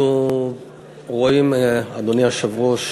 אנחנו רואים, אדוני היושב-ראש,